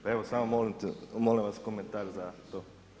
Pa evo, samo molim vas komentar za to?